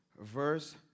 verse